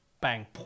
Bang